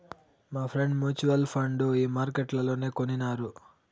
మాఫ్రెండ్ mutual fund ఈ మార్కెట్లనే కొనినారు